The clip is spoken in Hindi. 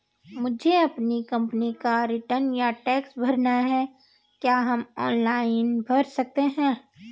मुझे अपनी कंपनी का रिटर्न या टैक्स भरना है क्या हम ऑनलाइन भर सकते हैं?